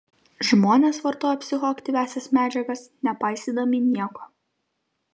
žmonės vartoja psichoaktyviąsias medžiagas nepaisydami nieko